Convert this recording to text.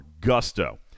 gusto